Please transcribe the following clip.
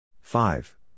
Five